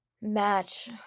match